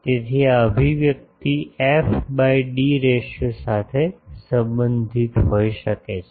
તેથી આ અભિવ્યક્તિ એફ બાય ડી રેશિયો સાથે સંબંધિત હોઈ શકે છે